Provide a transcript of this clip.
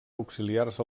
auxiliars